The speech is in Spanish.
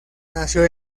nació